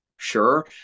sure